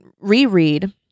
reread